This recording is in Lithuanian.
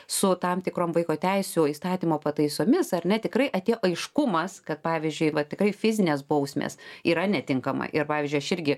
su tam tikrom vaiko teisių įstatymo pataisomis ar ne tikrai atėjo aiškumas kad pavyzdžiui tikrai fizinės bausmės yra netinkama ir pavyzdžiui aš irgi